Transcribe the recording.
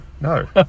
no